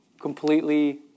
completely